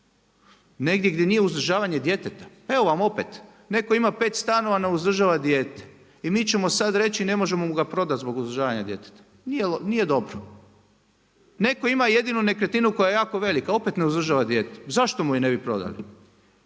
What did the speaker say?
negdje gdje nije uzdržavanje djeteta. Pa evo vam opet. Netko ima 5 stanova, ne uzdržava dijete. I mi ćemo sad reći ne možemo mu ga prodati zbog uzdržavanja djeteta. Nije dobro. Netko ima jedinu nekretninu koja je jako velika, opet ne uzdržava dijete. Zašto mu je ne bi prodali?